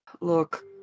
Look